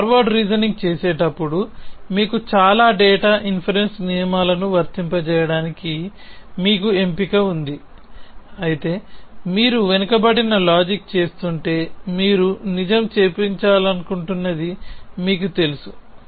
మీరు forward reasoning చేసేటప్పుడు మీకు చాలా డేటా ఇన్ఫెరెన్స్ నియమాలను వర్తింపజేయడానికి మీకు ఎంపిక ఉంది అయితే మీరు వెనుకబడిన లాజిక్ చేస్తుంటే మీరు నిజం చూపించాలనుకుంటున్నది మీకు తెలుస